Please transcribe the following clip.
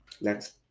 Next